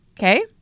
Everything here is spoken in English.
Okay